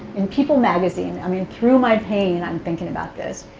in people magazine i mean, through my pain i'm thinking about this.